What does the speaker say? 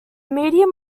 medium